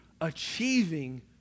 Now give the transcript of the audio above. achieving